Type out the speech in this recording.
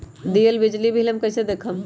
दियल बिजली बिल कइसे देखम हम?